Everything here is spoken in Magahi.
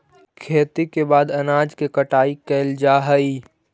खेती के बाद अनाज के कटाई कैल जा हइ